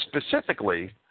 specifically